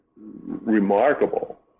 remarkable